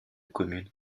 communes